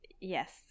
yes